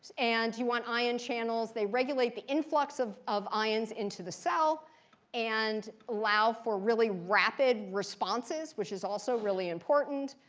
and you want ion channels. they regulate the influx of of ions into the cell and allow for really rapid responses, which is also really important.